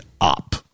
up